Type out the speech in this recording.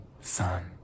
son